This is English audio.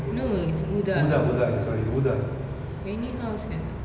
no it's ஊதா:oothaa veni house and